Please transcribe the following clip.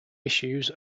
issues